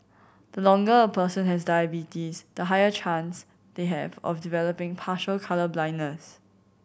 the longer a person has diabetes the higher chance they have of developing partial colour blindness